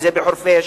אם בחורפיש,